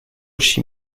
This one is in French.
chi